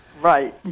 Right